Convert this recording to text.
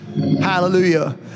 Hallelujah